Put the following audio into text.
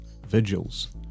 vigils